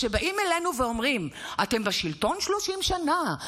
כשבאים אלינו ואומרים: אתם בשלטון 30 שנה,